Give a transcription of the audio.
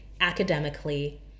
academically